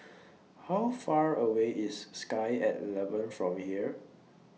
How Far away IS Sky At eleven from here